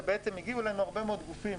הגיעו אלינו הרבה מאוד גופים,